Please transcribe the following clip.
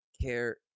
care